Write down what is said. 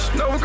no